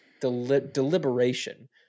deliberation